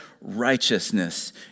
righteousness